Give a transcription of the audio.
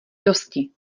dosti